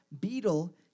beetle